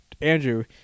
Andrew